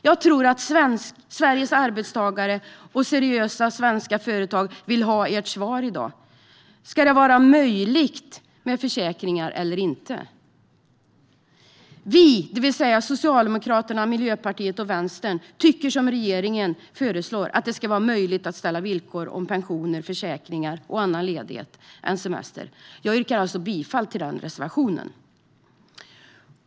Jag tror att Sveriges arbetstagare och seriösa svenska företag vill ha ert svar i dag. Ska det vara möjligt med försäkringar eller inte? Vi, det vill säga Socialdemokraterna, Miljöpartiet och Vänstern, tycker - som regeringen föreslår - att det ska vara möjligt att sätta upp villkor för pensioner, försäkringar och annan ledighet än semester. Jag yrkar alltså bifall till reservation 1.